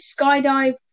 skydive